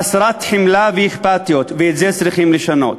חסרת חמלה ואכפתיות, ואת זה צריכים לשנות,